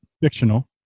Fictional